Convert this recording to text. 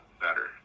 better